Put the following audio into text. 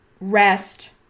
rest